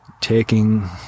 taking